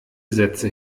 sätze